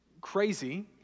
crazy